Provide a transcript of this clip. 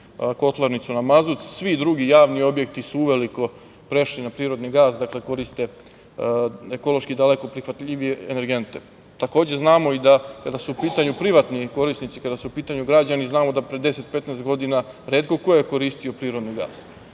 kotlarnicu na mazut, svi drugi javni objekti su uveliko prešli na prirodni gas i koriste ekološki daleko prihvatljivije energente. Takođe znamo kada su u pitanju privatni korisnici, znamo da pre 10,15 godina, retko ko je koristio prirodni gas,